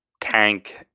tank